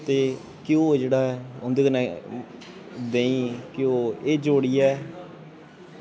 ते घ्यो जेह्ड़ा उं'दे कन्नै देहीं घ्यो एह् जोड़ियै